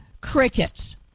Crickets